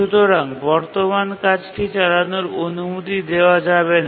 সুতরাং বর্তমান কাজটি চালানোর অনুমতি দেওয়া যাবে না